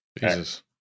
Jesus